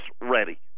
ready